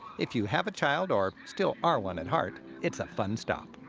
if you have a child or still are one at heart, it's a fun stop.